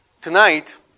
tonight